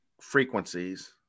frequencies